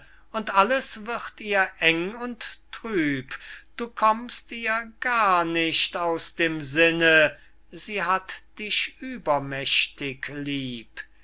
und alles wird ihr eng und trüb du kommst ihr gar nicht aus dem sinne sie hat dich übermächtig lieb